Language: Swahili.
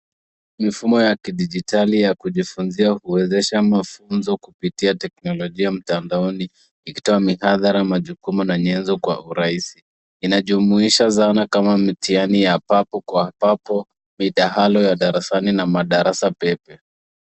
Mifumo ya kidijitali ya kujifunzia huwezesha mafunzo kupitia teknolojia mtandaoni ikitoa mihadhara, majukumu na nyenzo kwa urahisi. Inajumuisha zana kama vile mitihani ya papo kwa papo, midahalo ya darasani na madarasa pepe.